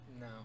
No